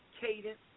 cadence